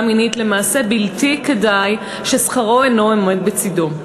מינית למעשה בלתי כדאי ששכרו אינו עומד בצדו.